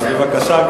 אז בבקשה,